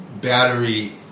battery